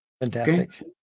Fantastic